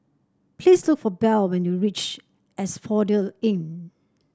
please look for Belle when you reach Asphodel Inn